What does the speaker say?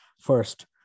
first